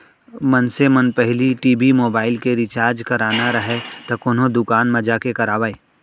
मनसे मन पहिली टी.भी, मोबाइल के रिचार्ज कराना राहय त कोनो दुकान म जाके करवाय